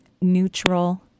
neutral